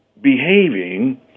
behaving